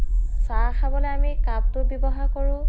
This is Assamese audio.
চাব খাবলৈ আমি কাপটো ব্যৱহাৰ কৰোঁ